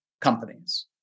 companies